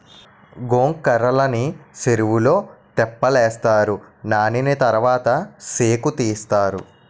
గొంకర్రలని సెరువులో తెప్పలేస్తారు నానిన తరవాత సేకుతీస్తారు